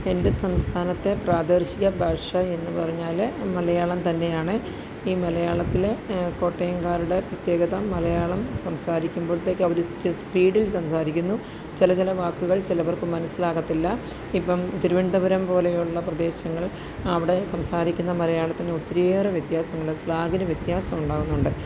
എൻ്റെ സംസ്ഥാനത്തെ പ്രാദേശിക ഭാഷ എന്നുപറഞ്ഞാൽ മലയാളം തന്നെയാണ് ഈ മലയാളത്തിൽ കോട്ടയംകാരുടെ പ്രത്യേകത മലയാളം സംസാരിക്കുമ്പോഴത്തേക്കും അവർ സ്പീഡിൽ സംസാരിക്കുന്നു ചില ചില വാക്കുകൾ ചിലവർക്കു മനസ്സിലാകത്തില്ല ഇപ്പം തിരുവനന്തപുരം പോലെയുള്ള പ്രദേശങ്ങൾ അവിടെ സംസാരിക്കുന്ന മലയാളത്തിനു ഒത്തിരിയേറെ വ്യത്യാസങ്ങൾ സ്ലാങിന് വ്യത്യാസമുണ്ടാകുന്നുണ്ട്